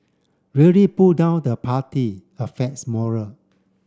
really pull down the party affects morale